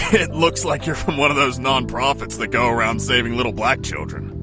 it looks like you're from one of those nonprofits that go around saving little black children!